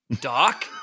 Doc